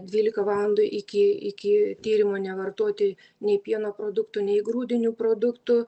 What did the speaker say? dvyliką valandų iki iki tyrimo nevartoti nei pieno produktų nei grūdinių produktų